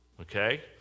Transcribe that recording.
Okay